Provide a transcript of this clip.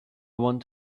want